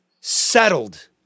settled